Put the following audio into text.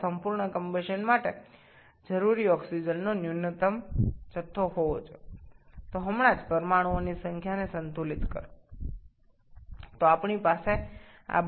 সম্পূর্ণ দহন করতে আমাদের ঠিক যে পরিমাণ অক্সিজেন প্রয়োজন বা ন্যূনতম পরিমাণ অক্সিজেন থাকা দরকার